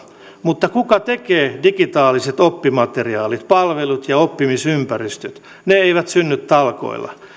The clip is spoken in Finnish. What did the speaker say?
mutta kuka tekee digitaaliset oppimateriaalit palvelut ja oppimisympäristöt ne eivät synny talkoilla